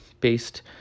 based